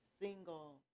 single